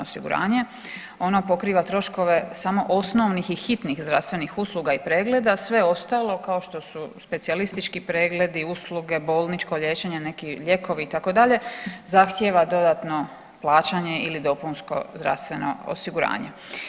Ono pokriva troškove samo osnovnih i hitnih zdravstvenih usluga i pregleda, sve ostalo kao što su specijalistički pregledi, usluge, bolničko liječenje, neki lijekovi itd. zahtjeva dodatno plaćanje ili dopunsko zdravstveno osiguranje.